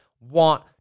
want